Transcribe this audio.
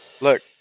Look